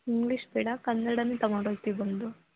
English ಬೇಡ ಕನ್ನಡವೇ ತಗೊಂಡು ಹೋಗ್ತೀವ್ ಬಂದು